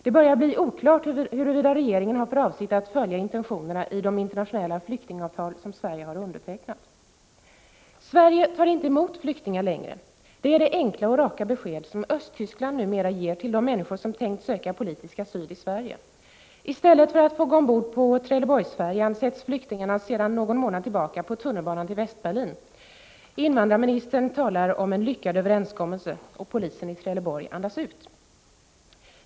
Det börjar bli oklart huruvida regeringen har för avsikt att följa intentionerna i de internationella flyktingavtal som Sverige har undertecknat. ”Sverige tar inte emot flyktingar längre.” Det är det enkla och raka besked som Östtyskland numera ger till de människor som tänkt söka politisk asyl i Sverige. I stället för att få gå ombord på Trelleborgsfärjan sätts flyktingarna sedan någon månad tillbaka på tunnelbanan till Västberlin. Invandrarministern talar om en lyckad överenskommelse. Polisen i Trelleborg andas ut.